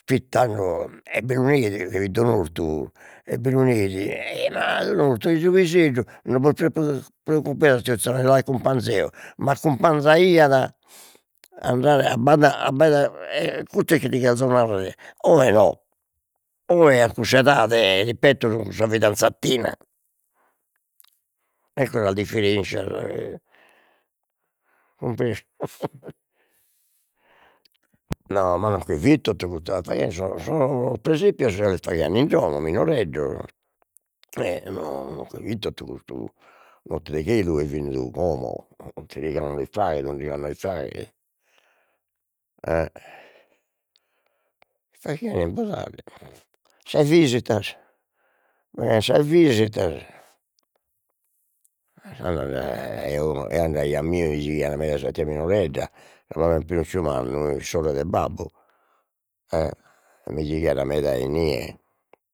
Fit tando e bi lu neit e bi lu nesi e ma su piseddu non bos preoccu preoccupedas tiu Za l'accumpanzo eo, m'accumpanzaiat andare abbaida e custu est chi ti cherzo narrer oe no, oe a cuss'edade ripeto su sa fidanzatina, ecco sas differenscias e, cumpresu no ma no che fit totu sos presepios los faghian in domo minoreddos, e no no che fit totu custu, Notte de chelu est bennidu como e sas visitas faghian sas visitas e andaia a mie mi gighian meda a se tia Minoredda sa mama 'e Pinucciu Mannu, sorre de babbu, e mi gighiat meda a inie